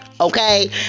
okay